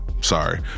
Sorry